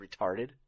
retarded